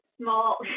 Small